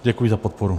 Děkuji za podporu.